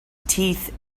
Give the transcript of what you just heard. teeth